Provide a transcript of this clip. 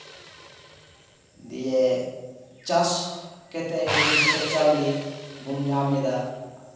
ᱫᱤᱭᱮ ᱪᱟᱥ ᱠᱟᱛᱮᱜ ᱦᱳᱲᱳ ᱥᱮ ᱪᱟᱣᱞᱮ ᱵᱚᱱ ᱧᱟᱢ ᱮᱫᱟ